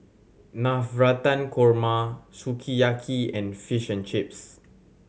Navratan Korma Sukiyaki and Fish and Chips